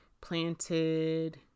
planted